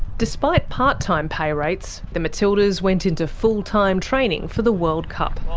despite part-time pay rates, the matildas went into full-time training for the world cup.